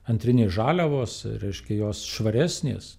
antrinės žaliavos reiškia jos švaresnės